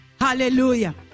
hallelujah